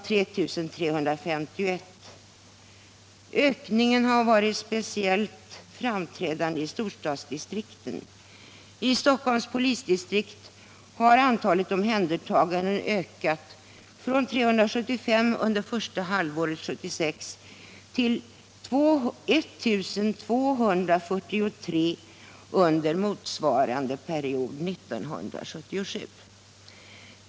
Ökningen har varit speciellt framträdande i storstadsdistrikten. I Stockholms polisdistrikt har antalet omhändertagna ökat från 375 under första halvåret 1976 till 1 243 under motsvarande period 1977.